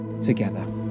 together